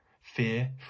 fear